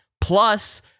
Plus